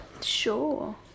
Sure